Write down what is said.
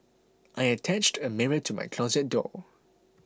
I attached a mirror to my closet door